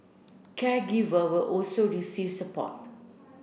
caregiver will also receive support